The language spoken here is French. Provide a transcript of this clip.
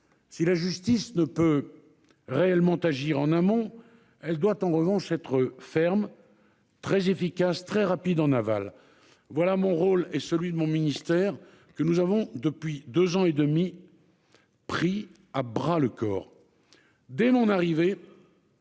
Si la justice ne peut réellement agir en amont, elle doit en revanche être très ferme, très efficace et très rapide en aval. Tel est mon rôle et celui de mon ministère, et nous l'avons, depuis deux ans et demi, pris à bras-le-corps.